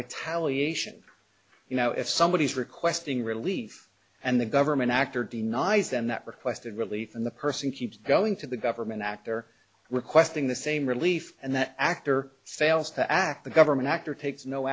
tally ation you know if somebody is requesting relief and the government actor denies them that requested relief and the person keeps going to the government actor requesting the same relief and the actor fails to act the government actor takes no